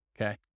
Okay